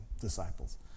disciples